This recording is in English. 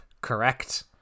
correct